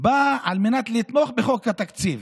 באים על מנת לתמוך בחוק התקציב.